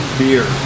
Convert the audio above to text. beer